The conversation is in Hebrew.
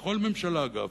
לכל ממשלה אגב,